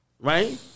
right